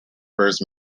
first